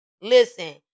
Listen